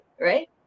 right